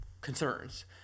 concerns